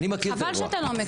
חבל שאתה לא מכיר.